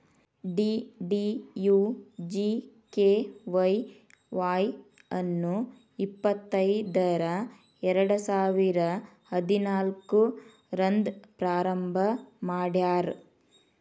DDUGKY Y ಅನ್ನು ಇಪ್ಪತೈದರ ಎರಡುಸಾವಿರ ಹದಿನಾಲ್ಕು ರಂದ್ ಪ್ರಾರಂಭ ಮಾಡ್ಯಾರ್